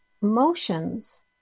motions